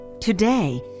Today